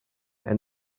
and